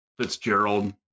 Fitzgerald